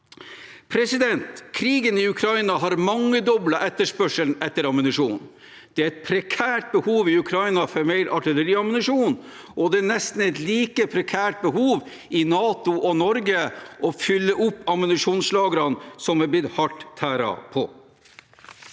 proposisjonen. Krigen i Ukraina har mangedoblet etterspørselen etter ammunisjon. Det er et prekært behov i Ukraina for mer artilleriammunisjon, og det er et nesten like prekært behov i NATO og Norge for å fylle opp ammunisjonslagrene, som er blitt hardt tæret på.